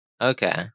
Okay